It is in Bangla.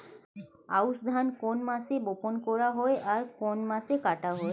আউস ধান কোন মাসে বপন করা হয় ও কোন মাসে কাটা হয়?